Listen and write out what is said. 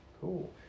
Cool